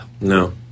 no